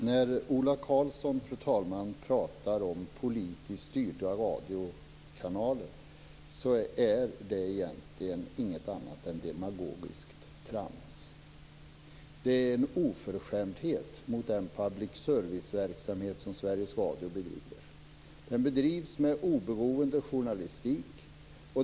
Fru talman! När Ola Karlsson talar om politiskt styrda radiokanaler är det ingenting annat än demagogiskt trams. Det är en oförskämdhet mot den public service-verksamhet som Sveriges Radio bedriver. Den bedrivs med oberoende journalistik.